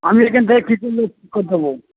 আমি এখান থেকে কি করে করে দেবো